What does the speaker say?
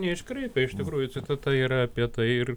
neiškraipė iš tikrųjų citata yra apie tai ir